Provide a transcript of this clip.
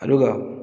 ꯑꯗꯨꯒ